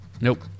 nope